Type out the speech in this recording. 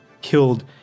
killed